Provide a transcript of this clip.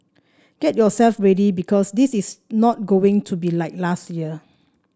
get yourself ready because this is not going to be like last year